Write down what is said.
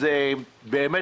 אז באמת,